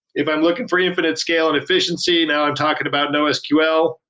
if i'm looking for infinite scale and efficiency, now i'm talking about nosql.